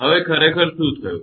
હવે ખરેખર શું થયું